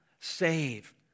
save